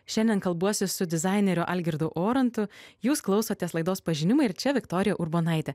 šiandien kalbuosi su dizaineriu algirdu orantu jūs klausotės laidos pažinimai ir čia viktorija urbonaitė